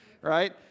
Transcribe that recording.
right